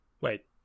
Wait